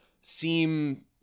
seem